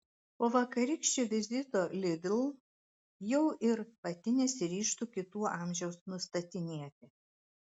po vakarykščio vizito lidl jau ir pati nesiryžtu kitų amžiaus nustatinėti